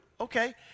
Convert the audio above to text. okay